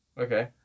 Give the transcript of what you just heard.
Okay